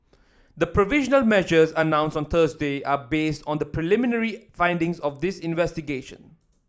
the provisional measures announced on Thursday are based on the preliminary findings of this investigation